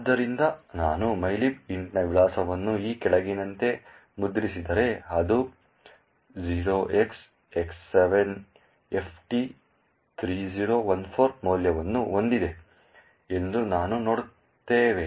ಆದ್ದರಿಂದ ನಾನು mylib int ನ ವಿಳಾಸವನ್ನು ಈ ಕೆಳಗಿನಂತೆ ಮುದ್ರಿಸಿದರೆ ಅದು 0xX7FT3014 ಮೌಲ್ಯವನ್ನು ಹೊಂದಿದೆ ಎಂದು ನಾವು ನೋಡುತ್ತೇವೆ